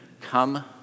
come